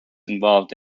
involved